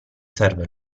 serve